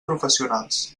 professionals